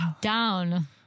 down